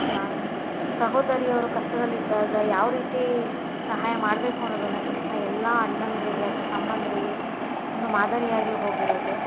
ಸ ಸಹೋದರಿಯವರು ಕಷ್ಟದಲ್ಲಿ ಇದ್ದಾಗ ಯಾವ ರೀತಿ ಸಹಾಯ ಮಾಡಬೇಕು ಅನ್ನೋದನ್ನು ಕೃಷ್ಣ ಎಲ್ಲ ಅಣ್ಣಂದಿರಿಗೆ ಅಥವಾ ತಮ್ಮಂದಿರಿಗೆ ಒಂದು ಮಾದರಿಯಾಗಿ ಹೋಗಿರೋದು